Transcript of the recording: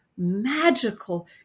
magical